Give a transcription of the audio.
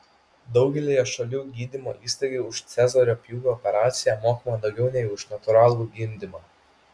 daugelyje šalių gydymo įstaigai už cezario pjūvio operaciją mokama daugiau nei už natūralų gimdymą